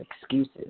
excuses